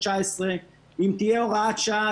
2019. אם תהיה הוראת שעה,